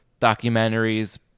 documentaries